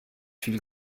viel